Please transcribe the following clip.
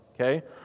okay